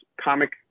comic